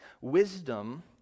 Wisdom